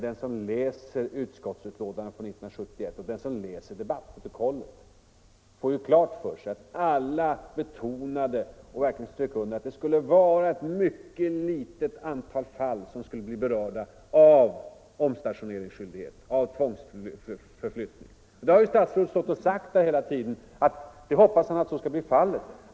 Den som läser utskottsbetänkandet från 1971 och den som läser debattprotokollet får ju klart för sig att alla betonade och verkligen strök under att det skulle vara ett mycket litet antal fall som skulle bli berörda av omstationeringsskyldighet, av tvångsförflyttning. Statsrådet har ju sagt hela tiden att han hoppas att så skall bli fallet.